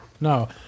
no